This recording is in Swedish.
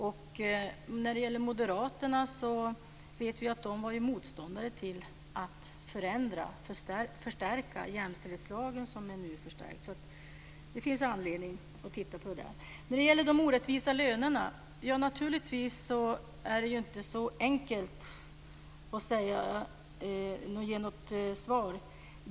Vi vet att Moderaterna var motståndare till att förstärka jämställdhetslagen, som nu är förstärkt. Det finns anledning att titta på det. När det gäller de orättvisa lönerna är det naturligtvis inte så enkelt att ge något svar.